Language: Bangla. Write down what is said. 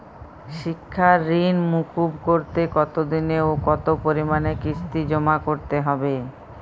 শিক্ষার ঋণ মুকুব করতে কতোদিনে ও কতো পরিমাণে কিস্তি জমা করতে হবে?